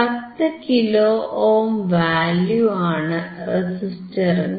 10 kilo ohm value ആണ് റെസിസ്റ്ററിന്